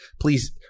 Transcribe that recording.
please